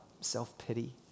self-pity